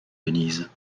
denise